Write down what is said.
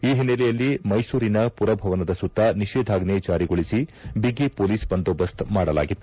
ಈ ಹಿನ್ನಲೆಯಲ್ಲಿ ಮೈಸೂರಿನ ಪುರಭವನದ ಸುತ್ತ ನಿಷೇಧಾಜ್ಞೆ ಜಾರಿಗೊಳಿಸಿ ಬಿಗಿ ಪೊಲೀಸ್ ಬಂದೋಬಸ್ತ್ ಮಾಡಲಾಗಿತ್ತು